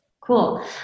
Cool